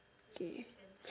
okay